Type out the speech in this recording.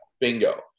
Bingo